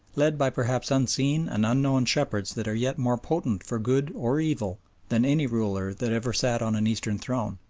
led by perhaps unseen and unknown shepherds that are yet more potent for good or evil than any ruler that ever sat on an eastern throne.